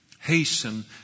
hasten